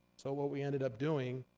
so what we ended up doing,